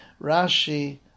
Rashi